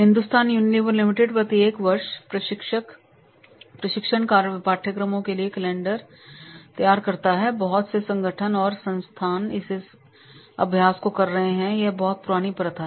Hindustan Unilever Limited प्रत्येक वर्ष प्रशिक्षण पाठ्यक्रमों के लिए कैलेंडर तैयार करता है बहुत से संगठन और संस्थान इस अभ्यास को कर रहे हैं यह बहुत पुरानी प्रथा है